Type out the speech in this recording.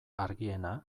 argiena